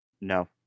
no